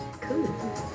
Cool